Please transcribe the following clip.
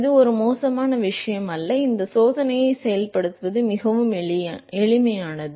இது ஒரு மோசமான விஷயம் அல்ல இந்த சோதனையை செயல்படுத்துவது மிகவும் எளிதானது